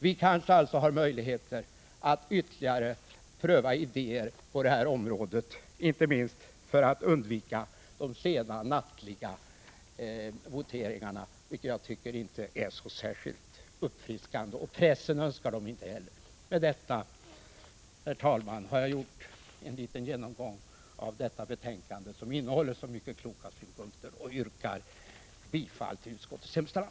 Vi kanske också har möjligheter att ytterligare pröva idéer på detta område, inte minst för att undvika sena nattliga voteringar, vilka jag inte tycker är särskilt uppfriskande. Pressen önskar dem inte heller. , Med detta, herr talman, har jag gjort en liten genomgång av detta betänkande som innehåller så många kloka synpunkter. Jag yrkar bifall till utskottets hemställan.